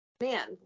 man